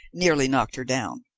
nearly knocked her down.